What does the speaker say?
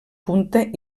punta